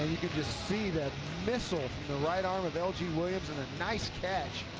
you could just see that missile, the right arm of l g. williams, and a nice catch